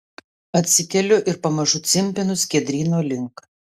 atsikeliu ir pamažu cimpinu skiedryno link